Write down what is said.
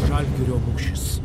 žalgirio mūšis